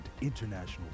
international